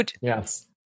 Yes